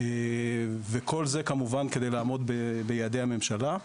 וכל זה כמובן על מנת לעמוד בייעדי הממשלה.